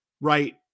Right